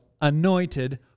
anointed